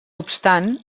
obstant